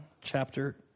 chapter